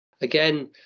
again